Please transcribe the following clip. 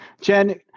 Jen